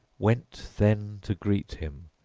went then to greet him,